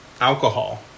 Alcohol